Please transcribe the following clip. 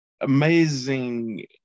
amazing